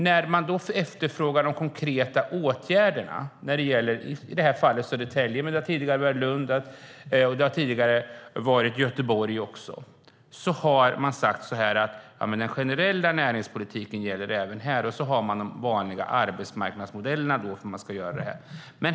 När vi efterfrågat de konkreta åtgärderna när det gäller Södertälje i det här fallet - tidigare har det varit Lund och Göteborg - har regeringen sagt att den generella näringspolitiken gäller även här. Sedan har man de vanliga arbetsmarknadsmodellerna för hur man ska göra detta.